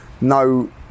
No